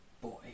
boy